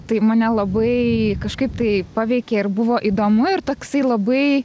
tai mane labai kažkaip tai paveikė ir buvo įdomu ir toksai labai